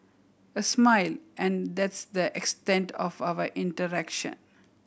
a smile and that's the extent of our interaction